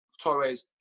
Torres